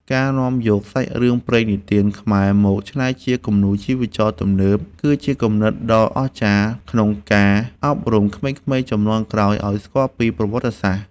ការនាំយកសាច់រឿងព្រេងនិទានខ្មែរមកច្នៃជាគំនូរជីវចលទំនើបគឺជាគំនិតដ៏អស្ចារ្យ ក្នុងការអប់រំក្មេងៗជំនាន់ក្រោយឱ្យស្គាល់ប្រវត្តិសាស្ត្រ។